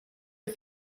are